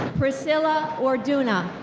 priscilla orduna.